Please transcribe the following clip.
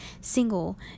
single